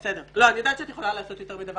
אני יודעת שאת יכולה לעשות יותר מדבר